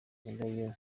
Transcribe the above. nyirayo